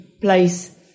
place